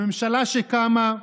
הממשלה שקמה,